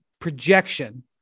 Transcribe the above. projection